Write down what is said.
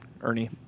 Ernie